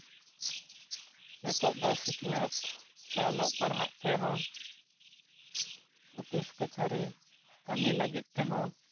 ᱱᱤᱛᱚᱜ ᱫᱚ ᱥᱤᱠᱷᱱᱟᱹᱛ ᱥᱮ ᱚᱞᱚᱜ ᱯᱟᱲᱦᱟᱜ ᱛᱮᱦᱚᱸ ᱚᱯᱤᱥ ᱠᱟᱪᱷᱟᱨᱤ ᱠᱟᱢᱤ ᱞᱟᱜᱤᱫ ᱛᱮᱦᱚᱸ